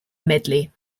medley